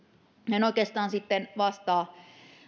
en en oikeastaan vastaa